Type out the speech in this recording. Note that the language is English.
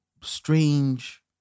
strange